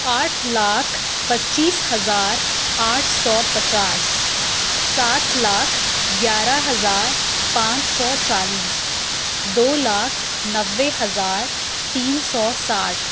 آٹھ لاکھ پچیس ہزار آٹھ سو پچاس سات لاکھ گیارہ ہزار پانچ سو چالیس دو لاکھ نوے ہزار تین سو ساٹھ